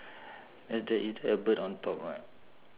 ya there is a bird on top [what]